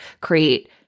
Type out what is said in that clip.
create